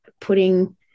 putting